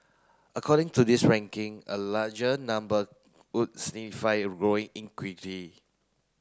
according to this ranking a larger number would signify growing